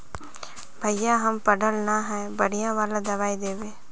भैया हम पढ़ल न है बढ़िया वाला दबाइ देबे?